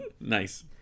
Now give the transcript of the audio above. Nice